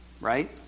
right